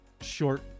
short